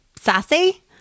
Sassy